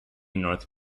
north